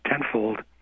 tenfold